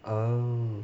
um